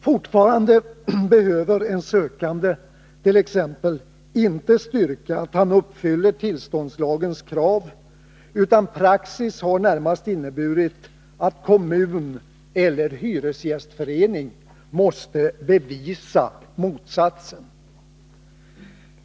Fortfarande behöver en sökande t.ex. inte styrka att han uppfyller tillståndslagens krav, utan praxis har närmast inneburit att kommun eller hyresgästförening måste bevisa motsatsen!